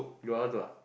you all do ah